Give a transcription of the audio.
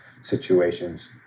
situations